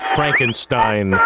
Frankenstein